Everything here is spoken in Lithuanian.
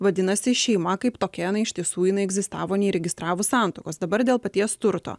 vadinasi šeima kaip tokia jinai iš tiesų jinai egzistavo neįregistravus santuokos dabar dėl paties turto